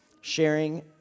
sharing